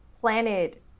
planet